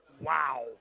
wow